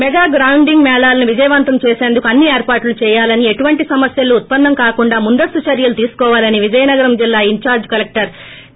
mega grounding మేళాలను విజయవంతం చేసేందుకు అన్ని ఏర్పాట్లు చేయాలని ఎటువంటి సమస్యలు ఉత్సన్నం కాకుండా ముందస్తు చర్యలు తీసుకోవాలని విజయనగరం జిల్లా ఇన్ ్ చార్ల్ కలెక్టర్ కే